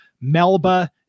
Melba